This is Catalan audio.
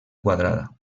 quadrada